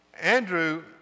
Andrew